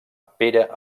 pere